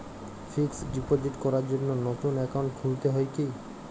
Fix deposit করার জন্য নতুন অ্যাকাউন্ট খুলতে হয় কী?